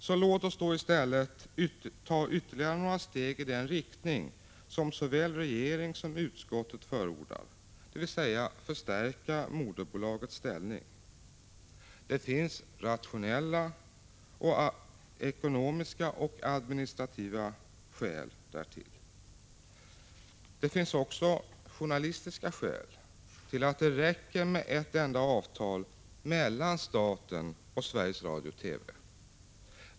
Så låt oss i stället ta ytterligare några steg i den riktning som såväl regeringen som utskottet förordar, dvs. förstärka moderbolagets ställning. Det finns rationella, ekonomiska och administrativa skäl därtill. Det finns också journalistiska skäl till att det räcker med ett enda avtal mellan staten och Sveriges Radio.